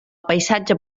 paisatge